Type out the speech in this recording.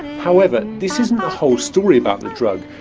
however, this isn't the whole story about the drug,